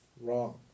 wrong